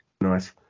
nice